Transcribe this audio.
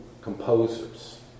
composers